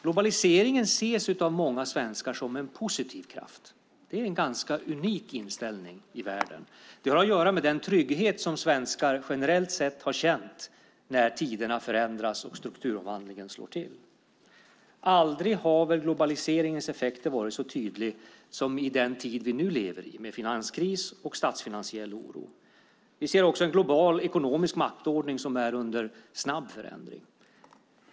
Globaliseringen ses av många svenskar som en positiv kraft - en ganska unik inställning i världen. Det har att göra med den trygghet som svenskar generellt sett har känt när tiderna förändras och strukturomvandlingen slår till. Aldrig har väl globaliseringens effekter varit så tydliga som i den tid vi nu lever i med finanskris och statsfinansiell oro. Vi ser också en global ekonomisk maktordning som är under snabb förändring.